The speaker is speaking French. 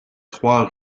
trois